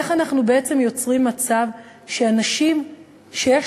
איך אנחנו בעצם יוצרים מצב שאנשים שיש